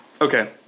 Okay